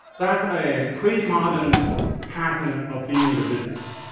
that's a pre-modern pattern of being religious.